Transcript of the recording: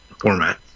format